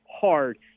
hard –